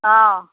অ'